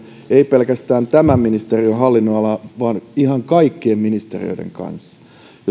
ei pelkästään tämän ministeriön hallinnonalalla vaan ihan kaikkien ministeriöiden kanssa jos me